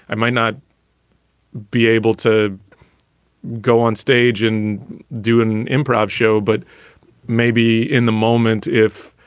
i might not be able to go on stage and do an improv show, but maybe in the moment, if,